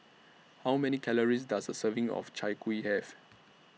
How Many Calories Does A Serving of Chai Kueh Have